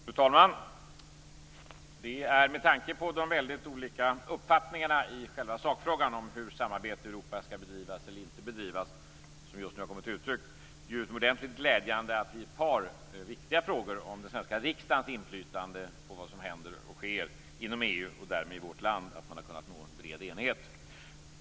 Fru talman! Det är med tanke på de väldigt olika uppfattningarna i själva sakfrågan om hur samarbetet i Europa skall bedrivas eller inte bedrivas, som just nu har kommit till uttryck, utomordentligt glädjande att vi har kunnat nå en bred enighet i ett par viktiga frågor om den svenska riksdagens inflytande över vad som händer och sker inom EU och därmed i vårt land.